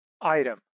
item